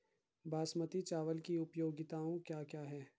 बासमती चावल की उपयोगिताओं क्या क्या हैं?